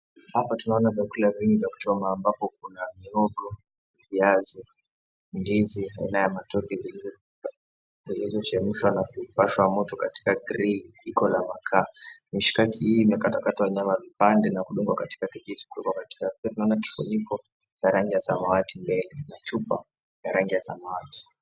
Hapa tunaona vyakula vingi vya kuchoma ambapo kuna mihogo, viazi, ndizi aina ya matoke zilizochemshwa na kupashwa moto katika grili jiko la makaa. Mishikaki hii imekatwakatwa nyama vipande na kudungwa katika kijiti na kuekwa katikati. Pia tunaona kifuniko cha rangi ya samawati mbele na chupa ya rangi ya samawati.